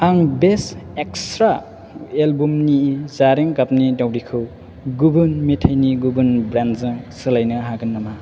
आं best extra एलबामनि जारें गाबनि दाउदैखौ गुबुन मेथाइनि गुबुन ब्रेन्डजों सोलायनो हागोन नामा